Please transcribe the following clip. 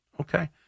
Okay